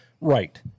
Right